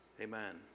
Amen